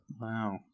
Wow